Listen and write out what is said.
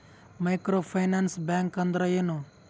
Micro finance bank ಅಂದ್ರ ಏನು?